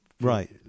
right